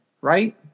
right